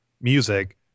music